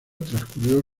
transcurrió